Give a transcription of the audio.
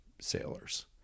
sailors